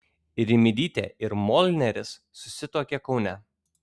rimydytė ir molneris susituokė kaune